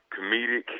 comedic